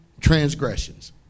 transgressions